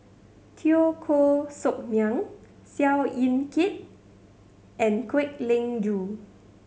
Teo Koh Sock Miang Seow Yit Kin and Kwek Leng Joo